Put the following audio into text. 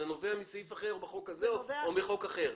זה נובע מסעיף אחר בחוק הזה או מחוק אחר?